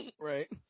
Right